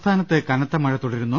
സംസ്ഥാനത്ത് കനത്ത മഴ തുടരുന്നു